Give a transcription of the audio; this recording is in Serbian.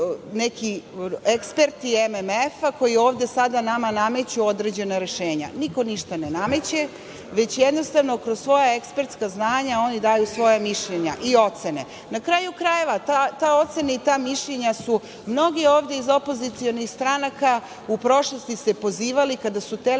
neki eksperti MMF-a koji ovde sada nama nameću određena rešenja. Niko ništa ne nameće, već jednostavno kroz svoja ekspertska znanja oni daju svoja mišljenja i ocene. Na kraju krajeva, na te ocene i ta mišljenja su se mnogi ovde iz opozicionih stranaka u prošlosti pozivali kada su hteli